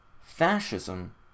Fascism